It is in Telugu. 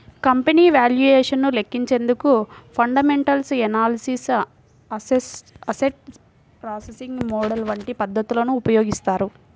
కంపెనీ వాల్యుయేషన్ ను లెక్కించేందుకు fundamental analysis, asset pricing model వంటి పద్ధతులను ఉపయోగిస్తారు